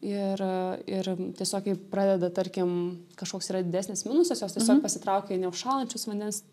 ir ir tiesiog kai pradeda tarkim kažkoks yra didesnis minusas jos tiesiog pasitraukia į neužšąlančius vandens